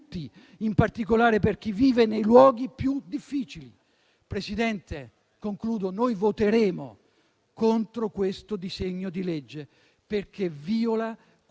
Presidente, noi voteremo contro questo disegno di legge perché viola quel